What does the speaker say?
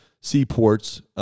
seaports